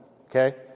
okay